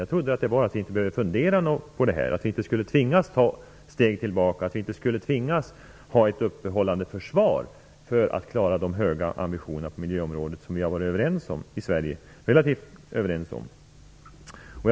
Jag trodde att det var att vi inte skulle tvingas ta ett steg tillbaka, inte tvingas ha ett uppehållande försvar för att klara de höga ambitioner på miljöområdet som vi varit relativt överens om i Sverige.